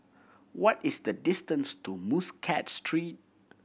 what is the distance to Muscat Street